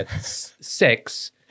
sex